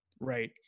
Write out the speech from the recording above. right